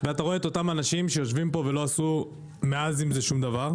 ואתה רואה את אותם אנשים שיושבים פה ולא עשו מאז עם זה שום דבר.